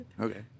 Okay